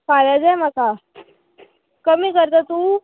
फाल्यां जाय म्हाका कमी करता तूं